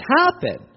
happen